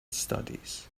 studies